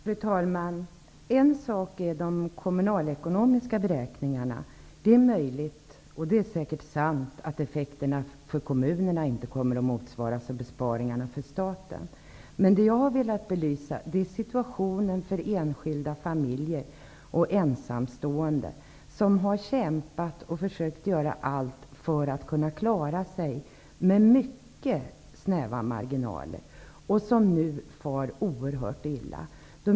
Fru talman! En sak är de kommunalekonomiska beräkningarna. Det är möjligt -- ja, det är säkert sant -- att effekterna för kommunerna inte kommer att motsvaras av besparingarna för staten. Men det jag velat belysa är enskilda familjers och ensamståendes situation. Dessa grupper har kämpat och försökt med allt för att klara sig, och då med mycket snäva marginaler. Nu far dessa människor oerhört illa.